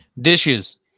Dishes